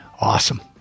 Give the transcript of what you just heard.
awesome